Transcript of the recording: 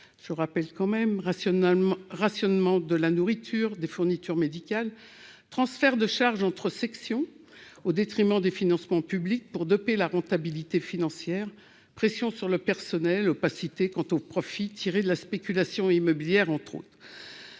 à but lucratif : rationnement de la nourriture et des fournitures médicales, transfert de charges entre sections au détriment des financements publics pour doper la rentabilité financière, pression sur le personnel, opacité quant aux profits tirés de la spéculation immobilière, etc. Alors